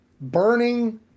burning